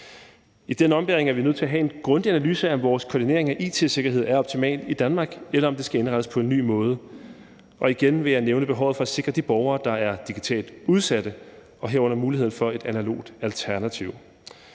I denne ombæring er vi nødt til at have en grundig analyse af, om vores koordinering af it-sikkerhed er optimal i Danmark, eller om den skal indrettes på en ny måde. Igen vil jeg nævne behovet for at sikre de borgere, der er digitalt udsatte, herunder muligheden for et analogt alternativ.